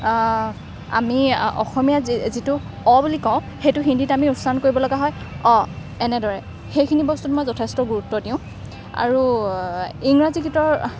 আমি অসমীয়া যিটো অ' বুলি কওঁ সেইটো আমি হিন্দীত কৰিব লগা হয় অ এনেদৰে সেইখিনি বস্তুত মই যথেষ্ট গুৰুত্ব দিওঁ আৰু ইংৰাজী গীতৰ